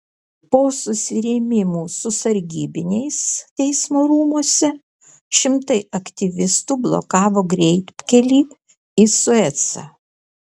po susirėmimų su sargybiniais teismo rūmuose šimtai aktyvistų blokavo greitkelį į suecą